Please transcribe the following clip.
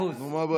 נו, מה הבעיה?